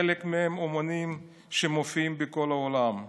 חלק מהם אומנים שמופיעים בכל העולם.